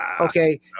Okay